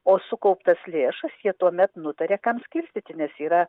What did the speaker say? o sukauptas lėšas jie tuomet nutaria kam skirstyti nes yra